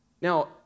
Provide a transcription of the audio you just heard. Now